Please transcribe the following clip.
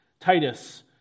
Titus